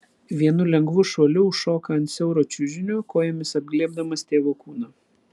vienu lengvu šuoliu užšoka ant siauro čiužinio kojomis apglėbdamas tėvo kūną